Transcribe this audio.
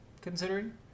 considering